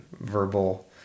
verbal